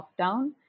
lockdown